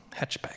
hatchback